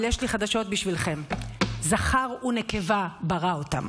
אבל יש לי חדשות בשבילכם: זכר ונקבה ברא אותם.